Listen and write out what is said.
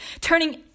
turning